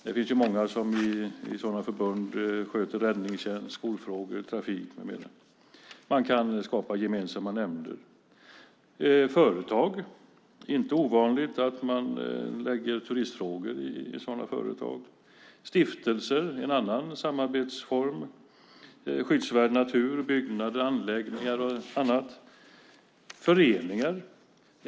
Det finns många som i sådana förbund sköter räddningstjänst, skolfrågor, trafik med mera. Man kan skapa gemensamma nämnder. Det finns också företag. Det är inte ovanligt att man lägger turistfrågor i sådana företag. Stiftelser är en annan samarbetsform för skyddsvärd natur, byggnader, anläggningar och annat. Man har även föreningar.